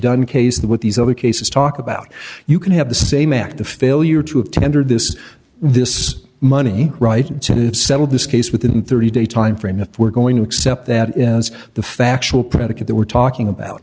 that what these other cases talk about you can have the same act the failure to have tendered this this money right to settle this case within thirty day time frame if we're going to accept that as the factual predicate that we're talking about